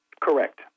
correct